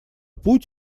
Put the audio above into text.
путь